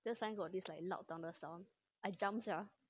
the suddenly got this loud thunder sound I jump sia